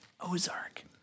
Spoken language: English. Ozark